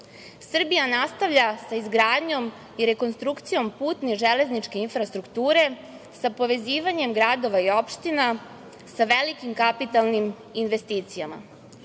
Srbija nastavlja sa izgradnjom i rekonstrukcijom putne železničke infrastrukture, sa povezivanjem gradova i opština sa velikim kapitalnim investicijama. Kao